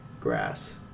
grass